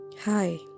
hi